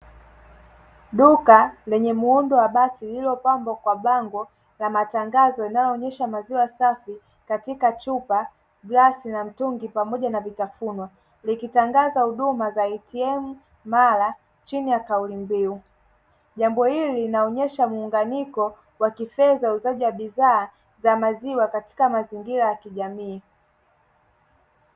Duka lenye muundo wa bati lililopambwa kwa bango la matangazo, linaloonesha maziwa safi katika chupa, glasi na mtungi pamoja na vitafunwa. Likitangaza huduma za ''ATM mala'' chini ya kauli mbiu. Jambo hili linaonesha muunganiko wa kifedha, uuzaji wa bidhaa za maziwa katika mazingira ya kijamii.